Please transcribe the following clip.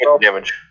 damage